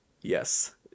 Yes